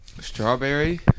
strawberry